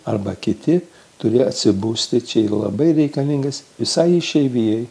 arba kiti turi atsibusti čia labai reikalingas visai išeivijai